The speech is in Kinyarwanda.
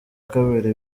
kabiri